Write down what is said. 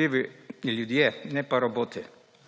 živi ljudje, ne pa roboti.